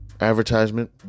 advertisement